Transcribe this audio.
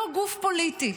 לא גוף פוליטי,